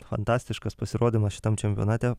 fantastiškas pasirodymas šitam čempionate